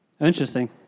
Interesting